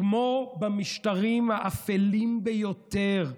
כמו במשטרים האפלים ביותר,